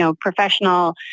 professional